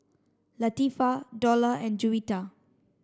Latifa Dollah and Juwita